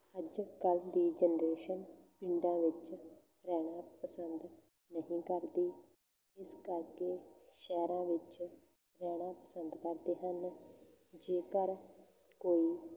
ਅੱਜ ਕੱਲ੍ਹ ਦੀ ਜਨਰੇਸ਼ਨ ਪਿੰਡਾਂ ਵਿੱਚ ਰਹਿਣਾ ਪਸੰਦ ਨਹੀਂ ਕਰਦੀ ਇਸ ਕਰਕੇ ਸ਼ਹਿਰਾਂ ਵਿੱਚ ਰਹਿਣਾ ਪਸੰਦ ਕਰਦੇ ਹਨ ਜੇਕਰ ਕੋਈ